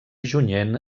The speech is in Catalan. junyent